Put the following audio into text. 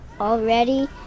already